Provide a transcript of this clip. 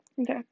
okay